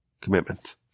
commitment